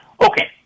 Okay